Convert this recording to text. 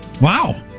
Wow